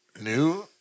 New